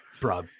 bro